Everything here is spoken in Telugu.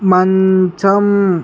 మంచం